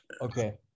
Okay